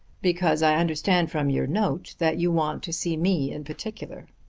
because i understand from your note that you want to see me in particular.